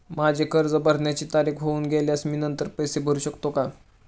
माझे कर्ज भरण्याची तारीख होऊन गेल्यास मी नंतर पैसे भरू शकतो का?